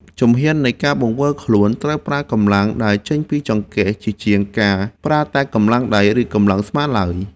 ជំហាននៃការបង្វិលខ្លួនត្រូវប្រើកម្លាំងដែលចេញពីចង្កេះ ជាជាងការប្រើតែកម្លាំងដៃ ឬកម្លាំងស្មាឡើយ។